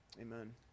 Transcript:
Amen